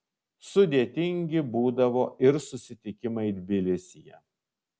sudėtingi būdavo ir susitikimai tbilisyje